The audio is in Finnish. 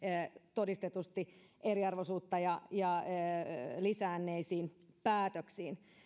todistetusti eriarvoisuutta lisänneisiin päätöksiin